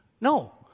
No